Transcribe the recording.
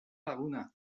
laguna